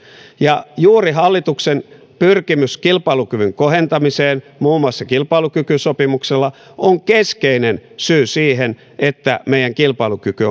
juuri hallituksen pyrkimys kilpailukyvyn kohentamiseen muun muassa kilpailukykysopimuksella on keskeinen syy siihen että meidän kilpailukyky